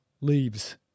leaves